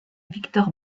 victor